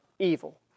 evil